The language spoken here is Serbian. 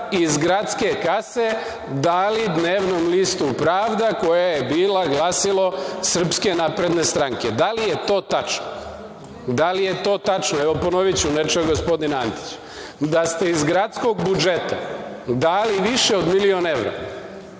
iz gradske kase dali dnevnom listu „Pravda“ koja je bila glasilo SNS. Da li je to tačno? Da li je to tačno, evo, ponoviću, me čuje gospodin Antić, da ste iz gradskog budžeta dali više od milion evra